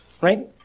right